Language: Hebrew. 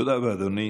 תודה רבה, אדוני.